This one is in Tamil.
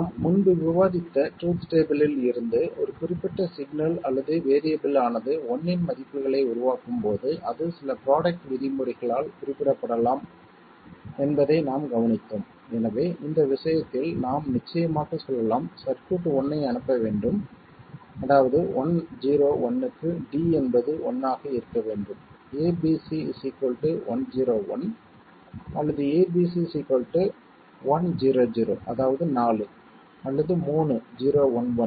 நாம் முன்பு விவாதித்த ட்ரூத் டேபிள் இல் இருந்து ஒரு குறிப்பிட்ட சிக்னல் அல்லது வேறியபில் ஆனது 1 இன் மதிப்புகளை உருவாக்கும் போது அது சில ப்ராடக்ட் விதிமுறைகளால் குறிப்பிடப்படலாம் என்பதை நாம் கவனித்தோம் எனவே இந்த விஷயத்தில் நாம் நிச்சயமாக சொல்லலாம் சர்க்யூட் 1 ஐ அனுப்ப வேண்டும் அதாவது 101க்கு d என்பது 1 ஆக இருக்க வேண்டும் abc 101 அல்லது abc 100 அதாவது 4 அல்லது 3 011